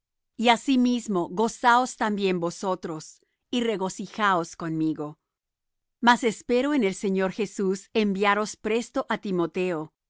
y asimismo gozaos también vosotros y regocijaos conmigo mas espero en el señor jesús enviaros presto á timoteo